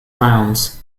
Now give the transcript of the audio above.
grounds